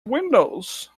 windows